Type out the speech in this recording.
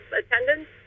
attendance